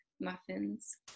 muffins